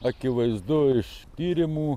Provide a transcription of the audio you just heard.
akivaizdu iš tyrimų